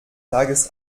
tages